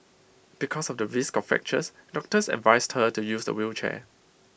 because of the risk of fractures doctors advised her to use A wheelchair